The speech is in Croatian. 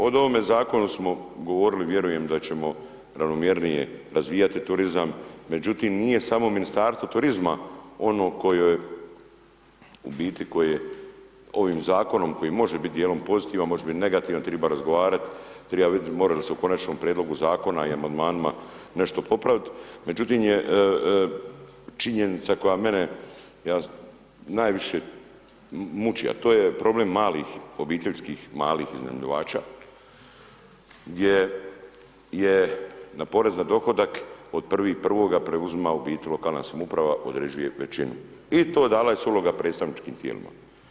O ovome zakonu smo govorili, vjerujem da ćemo ravnomjernije razvijati turizam, međutim nije samo Ministarstvo turizma ono koje, u biti koje ovim zakonom koji može biti dijelom pozitivan može biti negativan, triba razgovarat, triba vidit more li se u konačnom prijedlogu zakona i amandmanima nešto popravit, međutim je činjenica koja mene najviše muči, a to je problem malih, obiteljskih malih iznajmljivača gdje je na porez na dohodak od 1.1. preuzima u biti lokalna samouprava, određuje većinu i to dala se je uloga predstavničkim tijelima.